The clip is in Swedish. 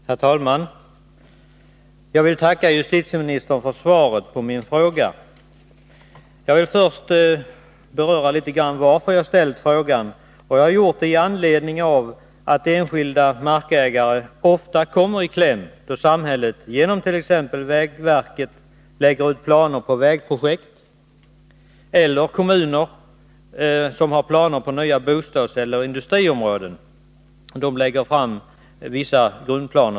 Herr talman! Jag vill tacka justitieministern för svaret på min fråga. Först vill jag beröra litet grand varför jag har ställt frågan. Jag har gjort det med anledning av att enskilda markägare ofta kommer i kläm då samhället, genom t.ex. vägverket, lägger ut planer på vägprojekt, eller då kommuner lägger fram vissa grundplaner för nya bostadseller industriområden.